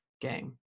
game